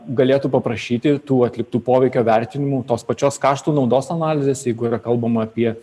galėtų paprašyti tų atliktų poveikio vertinimų tos pačios kaštų naudos analizės jeigu yra kalbama apie